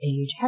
Age